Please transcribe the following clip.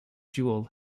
jewel